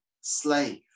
slave